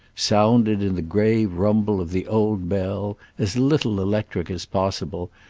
sounded in the grave rumble of the old bell, as little electric as possible,